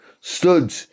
stood